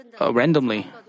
randomly